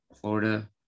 Florida